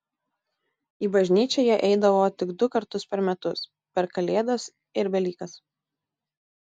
į bažnyčią jie eidavo tik du kartus per metus per kalėdas ir velykas